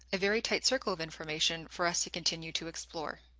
a very tight circle of information for us to continue to explore.